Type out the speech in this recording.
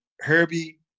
Herbie